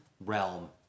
realm